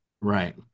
Right